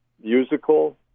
musical